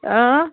آ